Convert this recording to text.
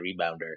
rebounder